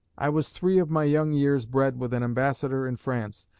i was three of my young years bred with an ambassador in france,